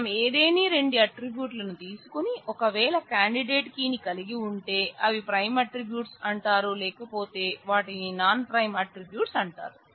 మనం ఏదేని రెండు ఆట్రిబ్యూట్లను తీసుకొని ఒకవేళ కేండిడేట్ కీ ని కలిగి ఉంటే అవి ప్రైమ్ ఆట్రిబ్యూట్స్ అంటారు లేకపోతే వాటిని నాన్ ప్రైమ్ ఆట్రిబ్యూట్స్ అంటారు